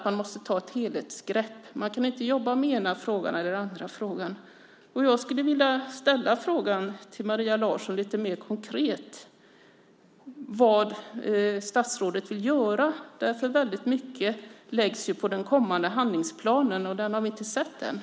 Man måste ta ett helhetsgrepp. Man kan inte jobba med den ena eller den andra frågan. Jag skulle vilja fråga Maria Larsson vad hon vill göra mer konkret. Väldigt mycket läggs på den kommande handlingsplanen, och den har vi inte sett ännu.